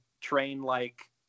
train-like